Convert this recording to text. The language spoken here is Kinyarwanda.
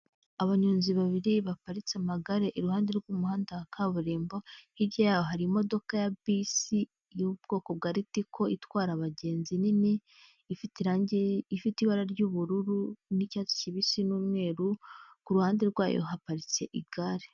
Abanyonzi babiri baparitse amagare iruhande rw'umuhanda wa kaburimbo hirya yabo hari imodoka ya bisi y'ubwoko bwa ritico itwara abagenzi nini ifite irangi rifite ibara ry'ubururu n'icyatsi kibisi n'umweru kuruhande rwayo haparitse igare.